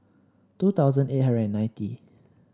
two thousand eight hundred and ninety